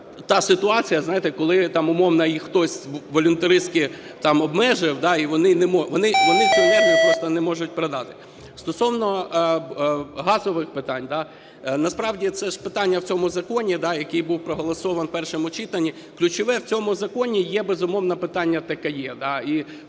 та ситуація, знаєте, коли умовно її хтось волюнтаристськи там обмежив і вони… Вони цю енергію просто не можуть продати. Стосовно газових питань. Насправді це ж питання в цьому законі, який був проголосований в першому читанні. Ключове в цьому законі є, безумовно, питання ТКЕ